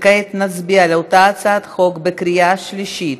כעת נצביע על אותה הצעת חוק בקריאה שלישית.